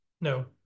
No